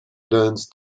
learns